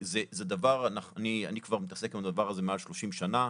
זה דבר שאני מתעסק בו כבר מעל 30 שנה.